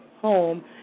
home